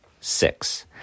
Six